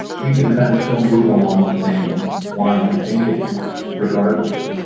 you can kind of still move along the same line of thinking regardless.